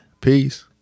Peace